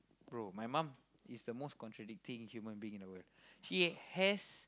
bro my mum is the most contradicting human being in the world she has